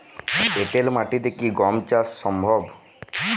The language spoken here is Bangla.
এঁটেল মাটিতে কি গম চাষ সম্ভব?